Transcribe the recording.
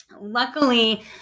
luckily